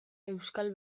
euskal